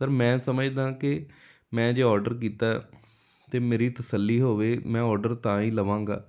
sir ਮੈਂ ਸਮਝਦਾ ਕਿ ਮੈਂ ਜੇ ਔਡਰ ਕੀਤਾ ਤਾਂ ਮੇਰੀ ਤਸੱਲੀ ਹੋਵੇ ਮੈਂ ਔਡਰ ਤਾਂ ਹੀ ਲਵਾਂਗਾ